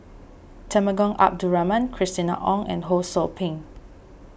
Temenggong Abdul Rahman Christina Ong and Ho Sou Ping